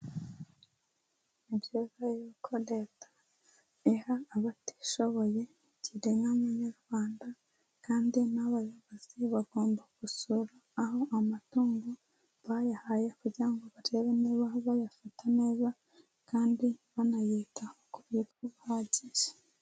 Ni byiza yuko leta iha abatishoboye gira inka mu Munyarwanda kandi n'abayobozi bagomba gusura aho amatungo bayahaye kugira ngo barebe niba bayafata neza kandi banayitaho ku buryo buhagije.